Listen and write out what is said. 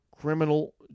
criminal